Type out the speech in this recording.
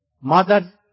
mother